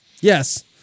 Yes